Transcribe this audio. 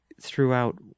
throughout